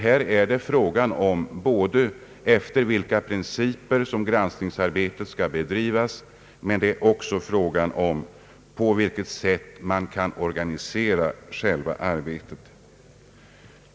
Här är det fråga om både efter vilka principer granskningsarbetet skall bedrivas och på vilket sätt man skall organisera själva arbetet.